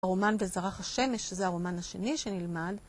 הרומן וזרח השמש זה הרומן השני שנלמד